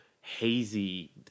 hazy